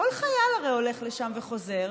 כך חייל הרי הולך לשם וחוזר.